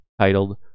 titled